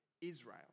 Israel